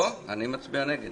לא, אני מצביע נגד.